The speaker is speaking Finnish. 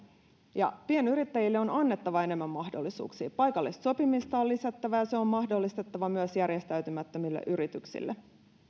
pienyrittäjille on annettava enemmän mahdollisuuksia paikallista sopimista on lisättävä ja se on mahdollistettava myös järjestäytymättömille yrityksille